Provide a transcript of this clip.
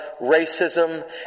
racism